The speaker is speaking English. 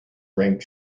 ranked